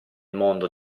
mondo